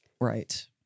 right